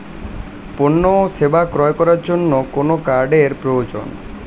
পণ্য ও সেবা ক্রয় করার জন্য কোন কার্ডের প্রয়োজন?